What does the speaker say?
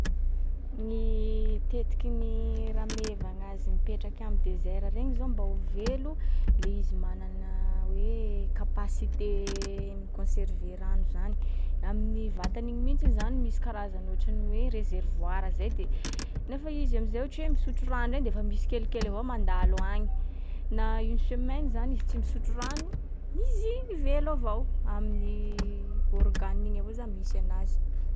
Ny tetiky ny rameva agnazy mipetraky am'désert regny zao mba ho velo, le izy manana hoe capacité miconserver rano zany. Amin’ny vatany iny mihitsiny zany misy karazany ohatry ny hoe réservoir zay de nefa izy am’zay ohatra hoe misotro rano eny de fa misy kelikely avao mandalo agny. Na une semaine zany izy tsy misotro rano, izy iny velo avao, amin’ny organe iny avao zany misy anazy.